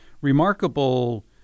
remarkable